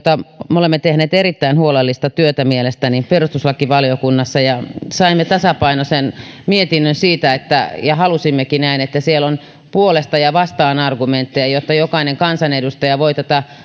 me olemme tehneet erittäin huolellista työtä mielestäni perustuslakivaliokunnassa ja saimme tasapainoisen mietinnön ja halusimmekin näin niin että siellä on argumentteja puolesta ja vastaan jotta jokainen kansanedustaja voi tätä